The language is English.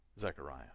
Zechariah